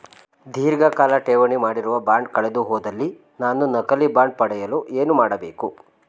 ಧೀರ್ಘಕಾಲ ಠೇವಣಿ ಮಾಡಿರುವ ಬಾಂಡ್ ಕಳೆದುಹೋದಲ್ಲಿ ನಾನು ನಕಲಿ ಬಾಂಡ್ ಪಡೆಯಲು ಏನು ಮಾಡಬೇಕು?